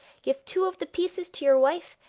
give two of the pieces to your wife,